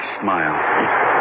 smile